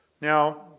now